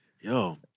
Yo